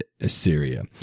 Assyria